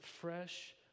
fresh